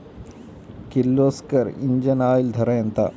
Kirloskar engine oil ధర ఎంత?